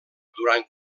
durant